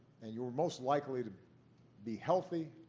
and you were most likely to be healthy,